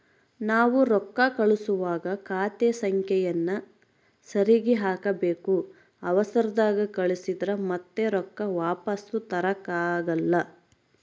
ನಾವು ರೊಕ್ಕ ಕಳುಸುವಾಗ ಖಾತೆಯ ಸಂಖ್ಯೆಯನ್ನ ಸರಿಗಿ ಹಾಕಬೇಕು, ಅವರ್ಸದಾಗ ಕಳಿಸಿದ್ರ ಮತ್ತೆ ರೊಕ್ಕ ವಾಪಸ್ಸು ತರಕಾಗಲ್ಲ